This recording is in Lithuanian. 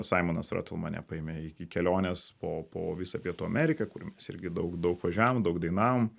saimonas mane paėmė iki kelionės po po visą pietų ameriką kur mes irgi daug daug važiavom daug dainavom